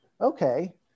Okay